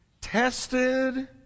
tested